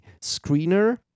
Screener